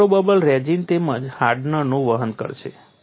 micro bubbles resin તેમજ હાર્ડનરનું વહન કરશે